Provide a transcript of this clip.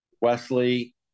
Wesley